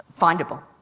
findable